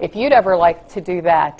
if you'd ever like to do that